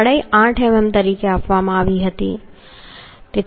જાડાઈ 8 મીમી તરીકે આપવામાં આવી હતી